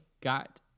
got